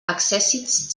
accèssits